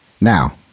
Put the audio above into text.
Now